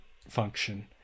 function